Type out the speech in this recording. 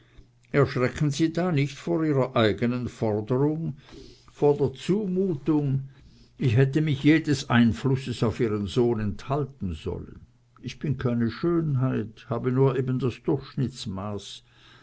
erschrecken sie da nicht vor ihrer eignen forderung vor der zumutung ich hätte mich jedes einflusses auf ihren sohn enthalten sollen ich bin keine schönheit habe nur eben das